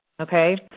okay